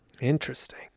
Interesting